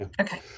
Okay